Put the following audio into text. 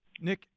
Nick